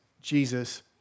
Jesus